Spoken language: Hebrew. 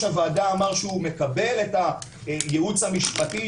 הועדה אמר שהוא מקבל את הייעוץ המשפטי,